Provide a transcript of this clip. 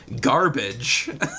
garbage